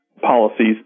policies